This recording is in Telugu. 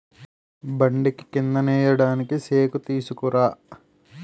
బండికి కందినేయడానికి సేకుతీసుకురా